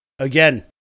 Again